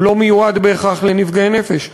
הוא לא מיועד בהכרח לנפגעי נפש,